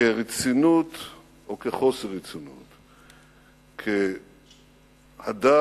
כרצינות או כחוסר רצינות, כהדר